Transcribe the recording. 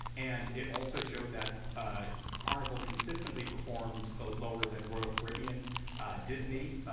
and it also showed that ah carnival consistently performed ah lower than royal caribbean disney,